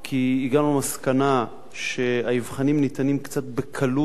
כי הגענו למסקנה שהאבחונים ניתנים קצת בקלות,